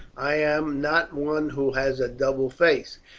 i am not one who has a double face,